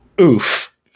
Oof